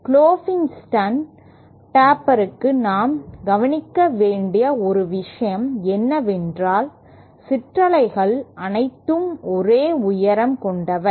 Klopfenstein டேப்பருக்கு நாம் கவனிக்க வேண்டிய ஒரு விஷயம் என்னவென்றால் சிற்றலைகள் அனைத்தும் ஒரே உயரம் கொண்டவை